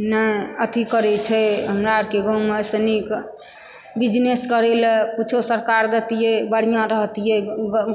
नहि अथी करै छै हमरा आरके गाँव मे एहिसे नीक बिजनेस करै लए किछो सरकार दैतियै बढ़िऑं रहतियै